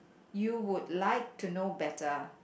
you would like to know better